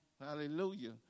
hallelujah